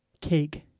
cake